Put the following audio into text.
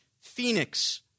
Phoenix